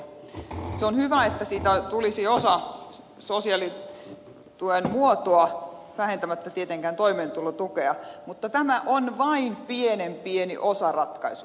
se on hyvä että tuesta tulisi osa sosiaalitukea vähentämättä tietenkään toimeentulotukea mutta tämä on vain pienen pieni osaratkaisu